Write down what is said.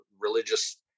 religious